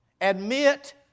admit